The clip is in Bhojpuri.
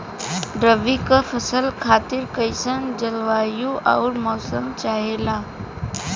रबी क फसल खातिर कइसन जलवाय अउर मौसम चाहेला?